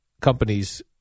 companies